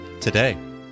today